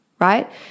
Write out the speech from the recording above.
right